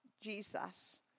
Jesus